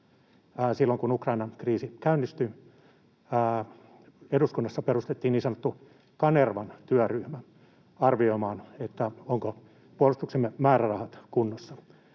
silloin kun Ukrainan kriisi käynnistyi, eduskunnassa perustettiin niin sanottu Kanervan työryhmä arvioimaan, ovatko puolustuksemme määrärahat kunnossa.